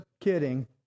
kidding